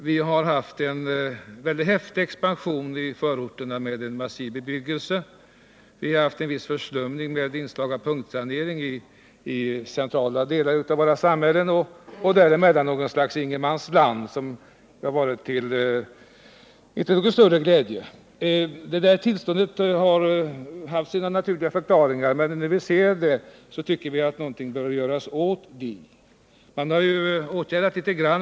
Vi har haft en mycket häftig expansion i förorterna med en massiv bebyggelse, viss förslumning med inslag av punktsanering i centrala delar av våra samhällen och däremellan något slags ingenmansland, som inte varit till någon större glädje. Det tillståndet har haft sin naturliga förklaring, men när man ser det tycker man att någonting bör göras åt det. Man har åtgärdat litet grand. Bl.